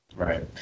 Right